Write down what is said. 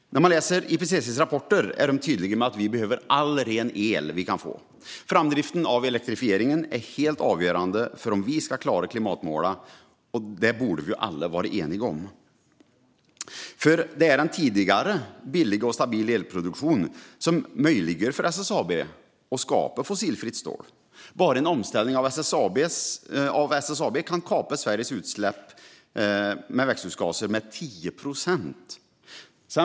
När man läser IPCC:s rapporter är de tydliga med att vi behöver all ren el vi kan få. Framdriften av elektrifieringen är helt avgörande för om vi ska klara klimatmålen, och det borde vi alla vara eniga om. Det är den tidigare billiga och stabila elproduktionen som möjliggör för SSAB att skapa fossilfritt stål. En omställning av SSAB kan kapa Sveriges utsläpp av växthusgaser med 10 procent.